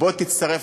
בוא תצטרף,